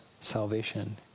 salvation